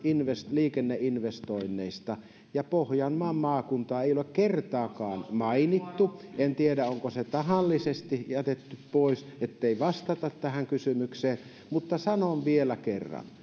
liikenneinvestoinneista ja pohjanmaan maakuntaa ei ole kertaakaan mainittu en tiedä onko se tahallisesti jätetty pois ettei vastata tähän kysymykseen mutta sanon vielä kerran